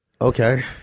okay